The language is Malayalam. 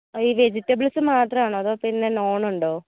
അല്ല ഈ വെജിറ്റബ്ൾസ് മാത്രമാണോ അതോ പിന്നെ നോൺ ഉണ്ടോ